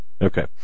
okay